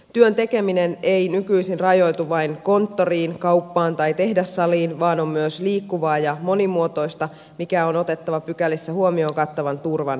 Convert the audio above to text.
työn tekeminen ei nykyisin rajoitu vain konttoriin kauppaan tai tehdassaliin vaan on myös liikkuvaa ja monimuotoista mikä on otettava pykälissä huomioon kattavan turvan varmistamiseksi